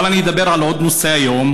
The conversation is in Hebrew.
אבל אני אדבר על עוד נושא היום,